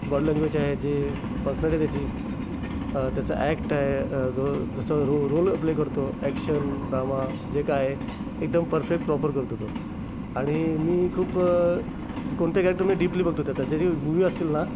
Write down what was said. body language जी आहे जी पर्सनॅलिटी त्याची त्याचा ॲक्ट आहे जो जसं रो रोल प्ले करतो ॲक्शन ड्रामा जे काय आहे एकदम परफेक्ट प्रॉपर करतो तो आणि मी खूप कोणतंही कॅरेक्टर मी डीपली बघतो त्याचं जे जी मूवी असेल ना